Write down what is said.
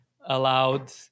allowed